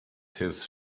his